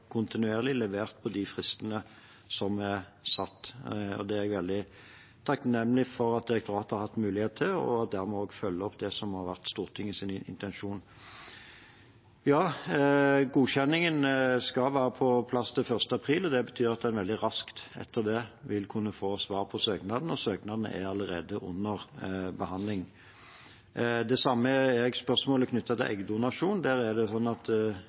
kontinuerlig levert på de fristene som er satt. Det er jeg veldig takknemlig for at direktoratet har hatt mulighet til, og dermed også følge opp det som har vært Stortingets intensjon. Godkjenningen skal være på plass til 1. april. Det betyr at en veldig raskt etter det vil kunne få svar på søknaden, og søknadene er allerede under behandling. Det samme gjelder spørsmålet knyttet til eggdonasjon. Der er det sånn at